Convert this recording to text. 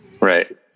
Right